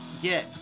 get